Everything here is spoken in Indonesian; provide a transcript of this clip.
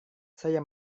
saya